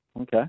okay